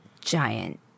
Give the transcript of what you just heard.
giant